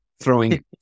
throwing